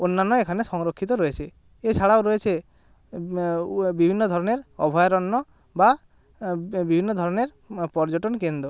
অন্যান্য এখানে সংরক্ষিত রয়েছে এছাড়াও রয়েছে বিভিন্ন ধরনের অভয়ারণ্য বা বিভিন্ন ধরনের পর্যটনকেন্দ্র